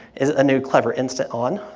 is a new clever instant on,